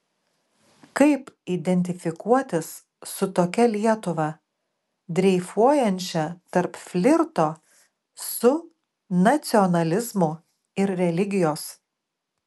kaip identifikuotis su tokia lietuva dreifuojančia tarp flirto su nacionalizmu ir religijos